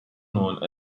known